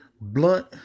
blunt